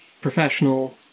professional